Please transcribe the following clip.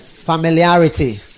familiarity